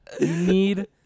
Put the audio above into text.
need